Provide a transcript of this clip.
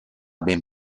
ben